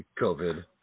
COVID